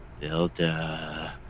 Delta